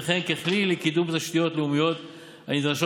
וכן ככלי לקידום תשתיות לאומיות הנדרשות